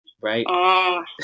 right